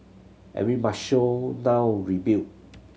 and we must show now rebuild